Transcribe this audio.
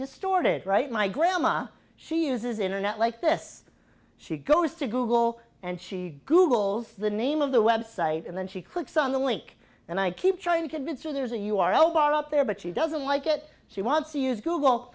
distorted right my gramma she uses internet like this she goes to google and she googles the name of the website and then she clicks on the link and i keep trying to convince her there's a u r l bar up there but she doesn't like it she wants to use google